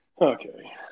Okay